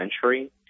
century